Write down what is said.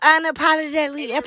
Unapologetically